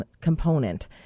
component